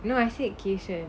no I said kayshen